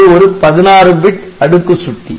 அது ஒரு 16 பிட் அடுக்கு சுட்டி